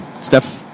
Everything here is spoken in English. Steph